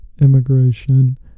immigration